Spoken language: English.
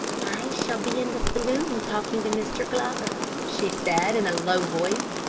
i shall be in the saloon, talking to mr. glover, she said in a low voice.